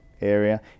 area